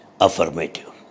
affirmative